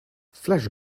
flash